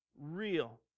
real